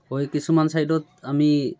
হয় কিছুমান ছাইডত আমি